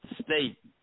State